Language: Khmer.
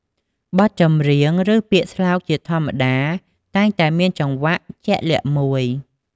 បទចម្រៀង ឬពាក្យស្លោកជាធម្មតាតែងតែមានចង្វាក់ជាក់លាក់មួយ។